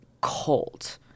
cold